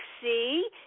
see